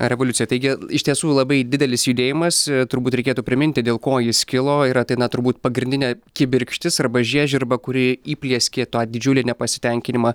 revoliucija taigi iš tiesų labai didelis judėjimas turbūt reikėtų priminti dėl ko jis kilo ir ateina turbūt pagrindinė kibirkštis arba žiežirba kuri įplieskė tą didžiulį nepasitenkinimą